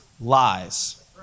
lies